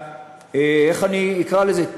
איך אני אקרא לזה,